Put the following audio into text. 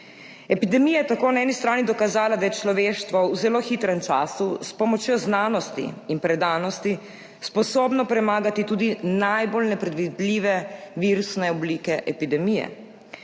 Epidemija je tako na eni strani dokazala, da je človeštvo v zelo hitrem času s pomočjo znanosti in predanosti sposobno premagati tudi najbolj nepredvidljive virusne oblike epidemije.